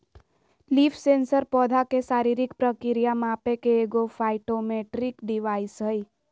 leaf sensor पौधा के शारीरिक प्रक्रिया मापे के एगो फाइटोमेट्रिक डिवाइस हइ